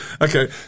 Okay